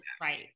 right